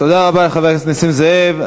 תודה רבה לחבר הכנסת נסים זאב.